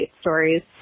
stories